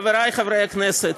חברי חברי הכנסת,